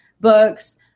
books